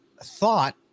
Thought